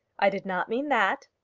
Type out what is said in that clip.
i did not mean that.